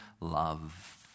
love